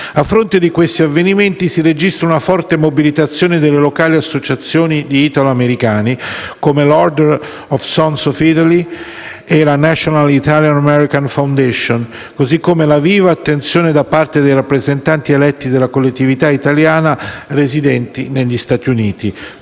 A fronte di questi avvenimenti, si registra una forte mobilitazione delle locali associazioni di italoamericani, come l'Order of sons of Italy o la National italian american foundation, così come la viva attenzione da parte dei rappresentanti eletti della collettività italiana residenti negli Stati Uniti,